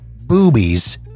boobies